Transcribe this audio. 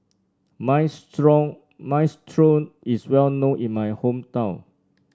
Minestrone Minestrone is well known in my hometown